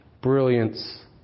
brilliance